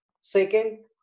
second